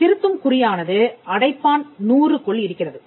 திருத்தும் குறியானது அடைப்பான்க்குள் இருக்கிறது